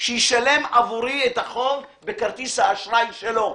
שישלם עבורי את החוב בכרטיס האשראי שלו?